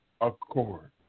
accord